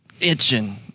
itching